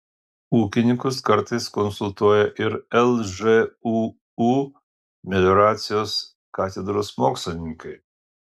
ūkininkus kartais konsultuoja ir lžūu melioracijos katedros mokslininkai